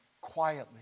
quietly